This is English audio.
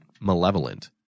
malevolent